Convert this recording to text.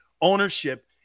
ownership